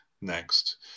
next